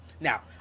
Now